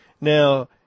Now